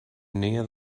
near